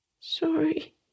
sorry